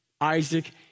Isaac